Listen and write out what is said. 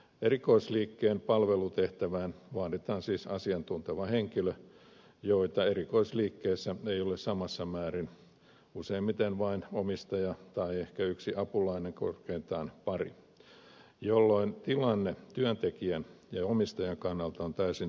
erikoisliikkeen palvelutehtävään vaaditaan siis asiantunteva henkilö joita erikoisliikkeessä ei ole samassa määrin useimmiten vain omistaja tai ehkä yksi apulainen korkeintaan pari jolloin tilanne työntekijän ja omistajan kannalta on täysin toisenlainen